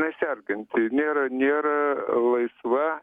neserganti nėra nėra laisva